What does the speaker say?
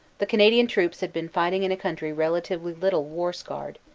the canadian troops had been fighting in a country rela tively little war-scarred,